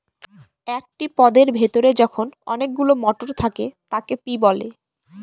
একটি পদের ভেতরে যখন অনেকগুলো মটর থাকে তাকে পি বলে